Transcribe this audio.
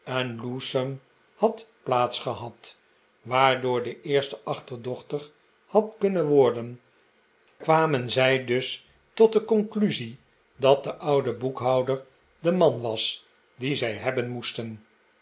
lewsome had plaats gehad waardoor de eerste achterdochtig had kunnen worden kwamen zij dus tot de conclusie dat de oude boekhouder de man was dien zij hebben moesten